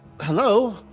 Hello